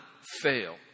fail